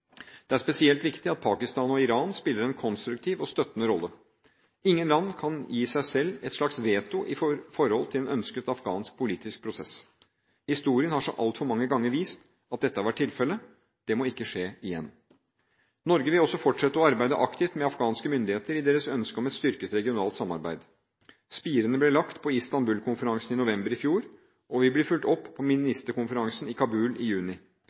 Det er spesielt viktig at Pakistan og Iran spiller en konstruktiv og støttende rolle. Ingen land kan gi seg selv et slags veto i forhold til en ønsket afghansk politisk prosess. Historien har så altfor mange ganger vist at dette har vært tilfellet. Det må ikke skje igjen. Norge vil også fortsette å arbeide aktivt med afghanske myndigheter i deres ønske om et styrket regionalt samarbeid. Spirene ble lagt på Istanbul-konferansen i november i fjor og vil bli fulgt opp på ministerkonferansen i Kabul i juni.